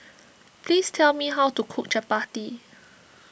please tell me how to cook Chappati